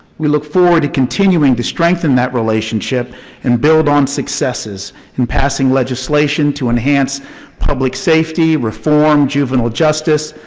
we look forward to continuing to strengthen that relationship and build on successes in passing legislation to enhance public safety, reform, juvenile justice,